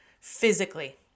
Physically